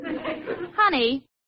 Honey